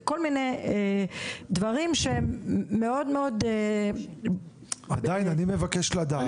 כל מיני דברים שהם מאוד מאוד --- עדיין אני מבקש לדעת,